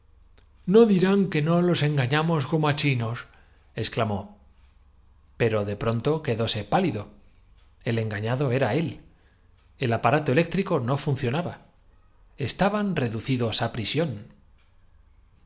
no dirán que no los engañamos como á chinos exclamó pero de pronto quedóse pálido el engañado era él el aparato eléctrico no funcionaba estaban reducidos a prisión